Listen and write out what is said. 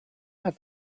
have